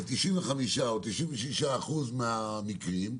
ל-95% או 96% מהמקרים,